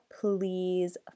please